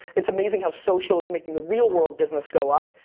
it's amazing how social is making the real world business go up.